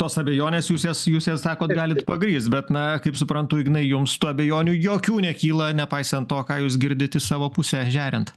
tos abejonės jūs jas jūs jas sakot galit pagrįst bet na kaip suprantu ignai jums tų abejonių jokių nekyla nepaisant to ką jūs girdit į savo pusę žeriant